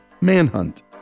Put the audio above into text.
Manhunt